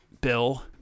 Bill